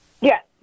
Yes